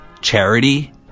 charity